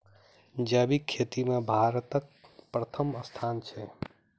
जैबिक खेती मे भारतक परथम स्थान छै